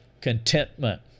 Contentment